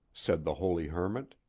said the holy hermit,